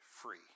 free